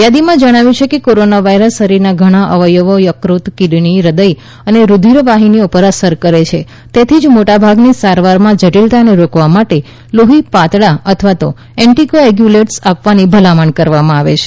યાદીમાં જણાવ્યું છે કે કોરોનાવાયરસ શરીરના ઘણા અવયવો યફત કિડની હૃદય અને રુધિરવાહિનીઓને અસર કરે છે અને તેથી જ મોટાભાગની સારવારમાં જટિલતાઓને રોકવા માટે લોહી પાતળા અથવા એન્ટિકોએગ્યુલેન્ટ્સ આપવાની ભલામણ કરવામાં આવે છે